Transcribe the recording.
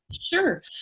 Sure